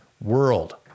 world